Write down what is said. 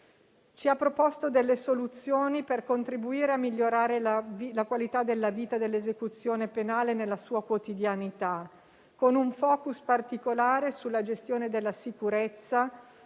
ci ha proposto delle soluzioni per contribuire a migliorare la qualità della vita e dell'esecuzione penale nella sua quotidianità, con un *focus* particolare sulla gestione della sicurezza,